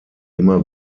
immer